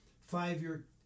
five-year